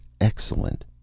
excellent